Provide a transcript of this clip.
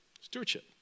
stewardship